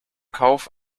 kauf